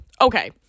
Okay